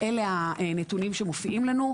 אלה הנתונים שמופיעים לנו,